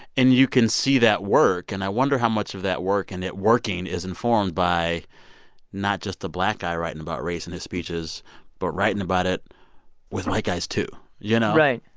and you can see that work. and i wonder how much of that work and it working is informed by not just the black guy writing about race and his speeches but writing about it with white guys, too, you know? right.